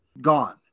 gone